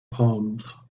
palms